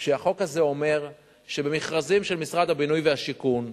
והחוק הזה אומר שבמכרזים של משרד הבינוי והשיכון,